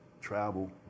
travel